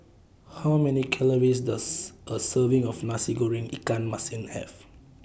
How Many Calories Does A Serving of Nasi Goreng Ikan Masin Have